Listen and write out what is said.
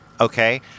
Okay